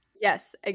Yes